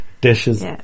dishes